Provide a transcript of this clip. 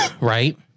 right